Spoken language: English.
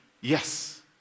yes